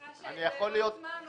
אני --- אני יכול להיות מגשר,